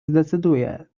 zdecyduję